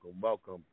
welcome